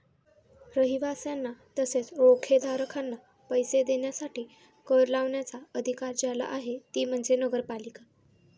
रहिवाशांना तसेच रोखेधारकांना पैसे देण्यासाठी कर लावण्याचा अधिकार ज्याला आहे ती म्हणजे नगरपालिका